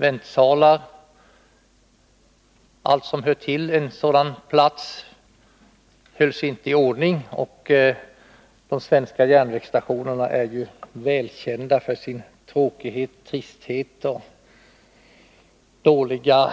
Väntsalarna och allt som hör till en sådan plats hölls inte i ordning. De svenska järnvägsstationerna är ju välkända för sin tråkighet, tristhet och dåliga